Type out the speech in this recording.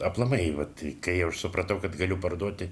aplamai vat kai jau aš supratau kad galiu parduoti